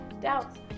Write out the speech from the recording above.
doubts